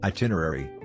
Itinerary